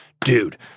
dude